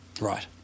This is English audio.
Right